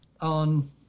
on